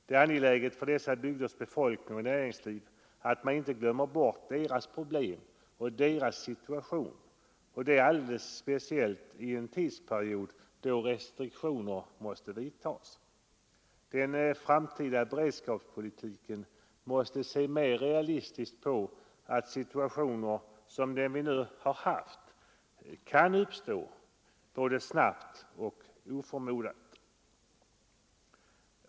Det är angeläget för dessa bygders befolkning och näringsliv att man inte glömmer bort deras problem och deras situation — alldeles speciellt i en tidsperiod då restriktioner måste vidtas. Den framtida beredskapspolitiken måste se mer realistiskt på att situationer som den vi nu har haft kan uppstå både snabbt och oförmodat.